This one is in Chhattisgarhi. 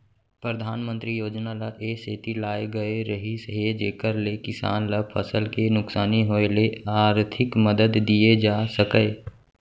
परधानमंतरी योजना ल ए सेती लाए गए रहिस हे जेकर ले किसान ल फसल के नुकसानी होय ले आरथिक मदद दिये जा सकय